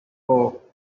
four